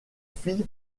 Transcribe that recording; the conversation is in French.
fille